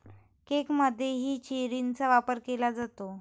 केकमध्येही चेरीचा वापर केला जातो